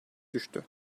düştü